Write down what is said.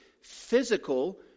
physical